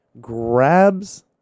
grabs